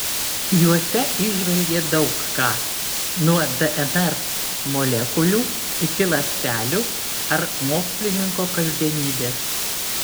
juose įžvelgė daug ką nuo dnr molekulių iki ląstelių ar mokslininko kasdienybės